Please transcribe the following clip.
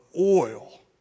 oil